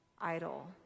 idol